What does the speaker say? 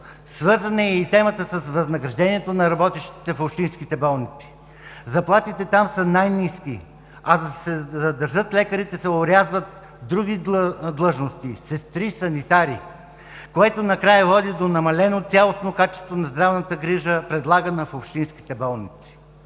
Свързана е и темата с възнаграждението на работещите в общинските болници. Заплатите там са най-ниски, а за да се задържат лекарите, се орязват други длъжности – сестри, санитари, което накрая води до намалено цялостно качество на здравната грижа, предлагана в общинските болници.